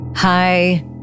Hi